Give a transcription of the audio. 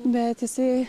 bet jisai